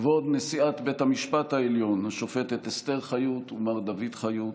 כבוד נשיאת בית המשפט העליון השופטת אסתר חיות ומר דוד חיות,